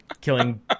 killing